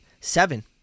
seven